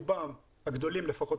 הגדולים לפחות,